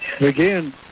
Again